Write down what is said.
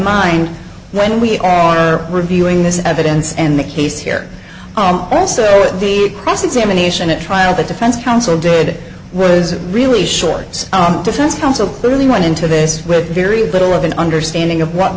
mind when we are reviewing this evidence and the case here also the cross examination at trial the defense counsel did was really shorts on the defense counsel clearly went into this with very little of an understanding of what